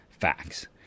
facts